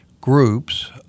groups